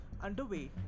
underway